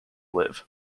live